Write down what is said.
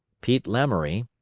pete lamoury,